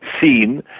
seen